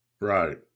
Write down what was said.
right